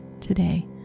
today